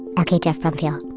ok, geoff brumfiel,